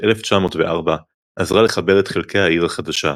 1904 עזרה לחבר את חלקי העיר החדשה.